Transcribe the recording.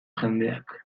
jendeak